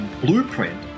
blueprint